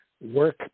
work